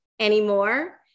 anymore